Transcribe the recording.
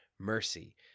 mercy